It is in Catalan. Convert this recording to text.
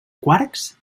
quarks